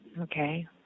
Okay